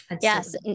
Yes